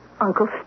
Uncle